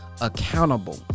accountable